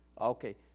Okay